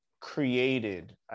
created